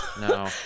no